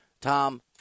Tom